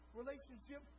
relationship